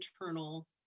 internal